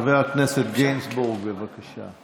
חבר הכנסת גינזבורג, בבקשה.